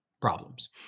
problems